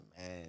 man